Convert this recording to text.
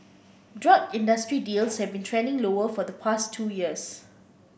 drug industry deals have been trending lower for the past two years